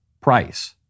price